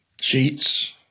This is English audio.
Sheets